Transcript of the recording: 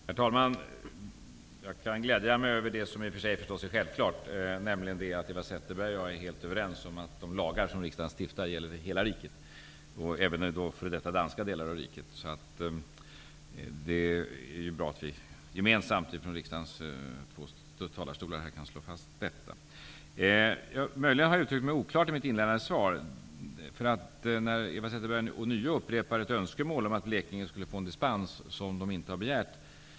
Herr talman! Jag gläder mig över det som i och för sig är självklart, nämligen att Eva Zetterberg och jag är helt överens om att de lagar som riksdagen stiftar gäller hela riket -- även före detta danska delar av riket. Det är bra att vi gemensamt kan slå fast detta från riksdagens talarstol. Möjligen har jag uttryckt mig oklart i mitt svar, eftersom Eva Zetterberg ånyo upprepar ett önskemål om att Blekinge skulle få en dispens, som man inte har begärt.